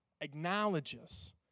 acknowledges